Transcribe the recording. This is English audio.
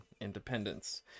independence